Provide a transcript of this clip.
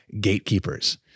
gatekeepers